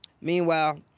Meanwhile